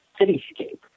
cityscape